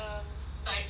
what you call it